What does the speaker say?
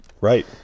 right